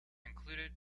included